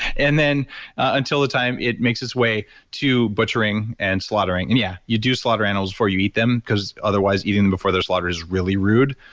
and then until the time it makes its way to butchering and slaughtering. yeah, you do slaughter animals before you eat them because otherwise eating them before they're slaughtered is really rude,